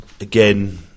again